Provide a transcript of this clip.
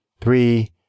three